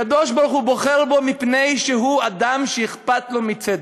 הקדוש-ברוך-הוא בוחר בו מפני שהוא אדם שאכפת לו מצדק.